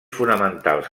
fonamentals